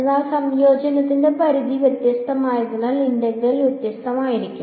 എന്നാൽ സംയോജനത്തിന്റെ പരിധി വ്യത്യസ്തമായതിനാൽ ഇന്റഗ്രൽ വ്യത്യസ്തമായിരിക്കും